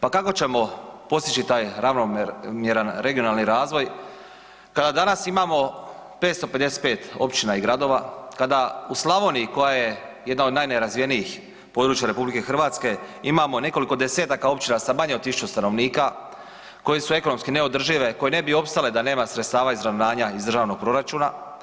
Pa kako ćemo postići taj ravnomjeran regionalni razvoj kada danas imamo 555 općina i gradova, kada u Slavoniji koja je jedna od najnerazvijenijih područja RH imamo nekoliko desetaka općina sa manje od 1000 stanovnika, koje su ekonomski neodržive, koje ne bi opstale da nema sredstava izravnanja iz državnog proračuna?